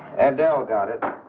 and out about it.